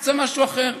תמצא משהו אחר.